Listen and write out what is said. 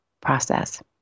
process